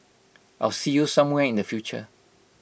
I'll see you somewhere in the future